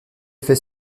fait